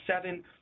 seven